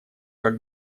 как